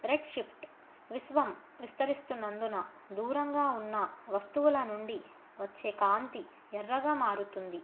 red shift విశ్వం విస్తరిస్తున్నందున దూరంగా ఉన్న వస్తువుల నుండి వచ్చే కాంతి ఎర్రగా మారుతుంది